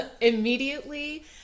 immediately